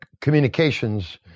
communications